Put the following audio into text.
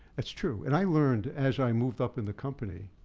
that's true. and i learned, as i moved up in the company,